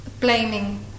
blaming